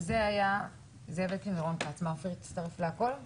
זה לא מופיע במכתב אתה חתום.